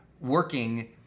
working